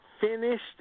finished